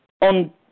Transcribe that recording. on